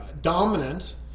dominant